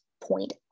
point